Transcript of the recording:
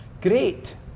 Great